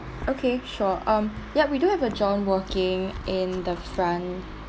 okay sure um yup we do have a john working in the front